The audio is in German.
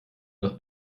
nach